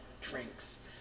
drinks